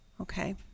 Okay